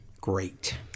Great